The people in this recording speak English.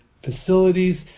Facilities